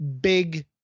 big